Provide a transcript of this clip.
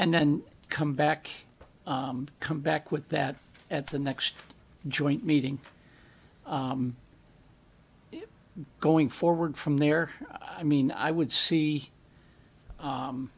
and then come back and come back with that at the next joint meeting going forward from there i mean i would see